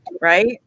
right